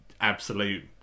absolute